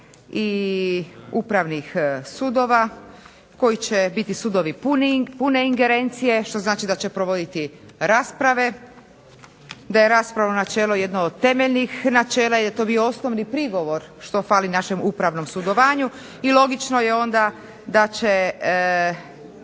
i upravnih sudova koji će biti sudovi pune ingerencije što znači da će provoditi rasprave. Da je raspravno načelo jedno od temeljnih načela i da je to bio osnovni prigovor što fali našom upravnom sudovanju. I logično je onda da će